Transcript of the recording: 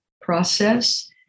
process